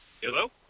Hello